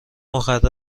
مخرب